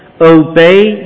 Obey